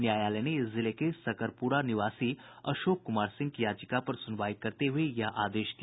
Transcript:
न्यायालय ने जिले के सकरपुरा निवासी अशोक कुमार सिंह की याचिका पर सुनवाई करते हुये यह आदेश दिया